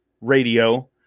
Radio